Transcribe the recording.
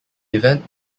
event